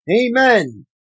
Amen